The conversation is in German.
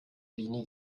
linie